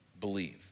believe